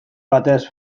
batez